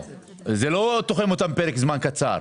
זה לא תוחם אותם לפרק זמן קצר,